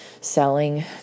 selling